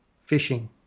fishing